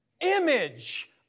image